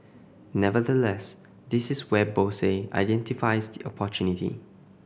nevertheless this is where Bose identifies opportunity